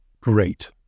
great